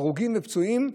הרוגים ופצועים,